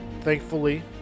thankfully